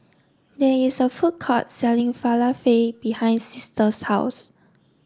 there is a food court selling Falafel behind Sister's house